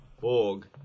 Borg